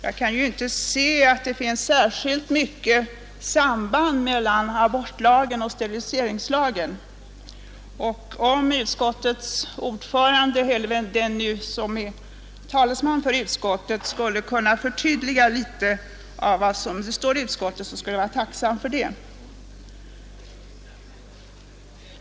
Jag kan inte se att det finns något särskilt stort samband mellan abortlagen och steriliseringslagen, och om utskottets ordförande eller någon annan talesman för utskottet kunde förtydliga vad som står i betänkandet, så skulle jag vara tacksam för det.